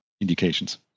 indications